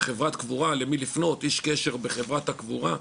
ואנחנו מפנים אותה לאיש קשר בחברת הקבורה,